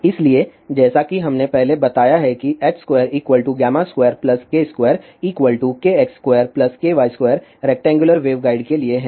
इसलिए जैसा कि हमने पहले बताया है कि h22k2kx2ky2 रेक्टेंगुलर वेवगाइड के लिएहै